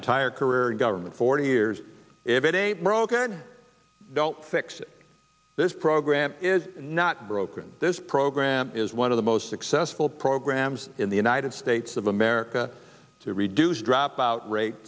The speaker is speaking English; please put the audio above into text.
entire career in government forty years every day brokered don't fix this program is not broken this program is one of the most successful programs in the united states of america to reduce dropout rate